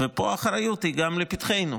ופה האחריות היא גם לפתחנו,